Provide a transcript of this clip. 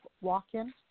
walk-in